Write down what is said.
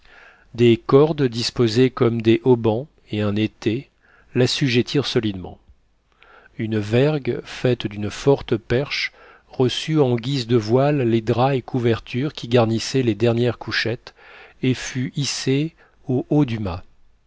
des cordes disposées comme des haubans et un étai l'assujettirent solidement une vergue faite d'une forte perche reçut en guise de voile les draps et couvertures qui garnissaient les dernières couchettes et fut hissée au haut du mât